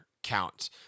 count